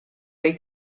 dei